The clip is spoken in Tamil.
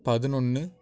பதினொன்று